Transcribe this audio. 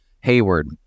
Hayward